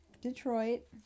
Detroit